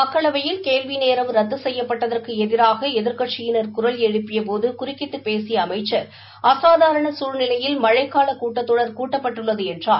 மக்களவையில் கேள்வி நேரம் ரத்து செய்யப்பட்டதற்கு எதிராக எதிர்க்கட்சியினர் குரல் எழுப்பியபோது குறுக்கிட்டு பேசிய அமைச்சர் அசாதாரண சூழ்நிலையில் மழைக்கால கூட்டத்தொடர் கூட்டப்பட்டுள்ளது என்றார்